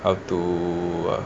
how to uh